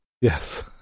Yes